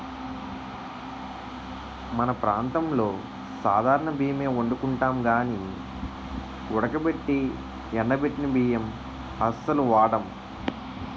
మన ప్రాంతంలో సాధారణ బియ్యమే ఒండుకుంటాం గానీ ఉడకబెట్టి ఎండబెట్టిన బియ్యం అస్సలు వాడం